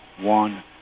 one